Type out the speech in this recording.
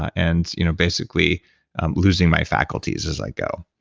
and you know basically losing my faculties as i go.